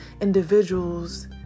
individuals